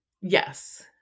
Yes